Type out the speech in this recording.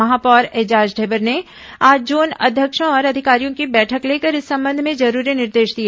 महापौर एजाज ढेबर ने आज जोन अध्यक्षों और अधिकारियों की बैठक लेकर इस संबंध में जरूरी निर्देश दिए